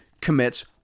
commits